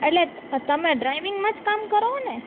એટલે તમે ડ્રાઈવિંગમાં જ કામ કરો છો ને